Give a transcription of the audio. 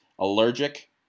allergic